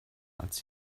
als